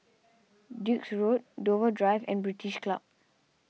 Duke's Road Dover Drive and British Club